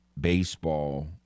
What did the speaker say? baseball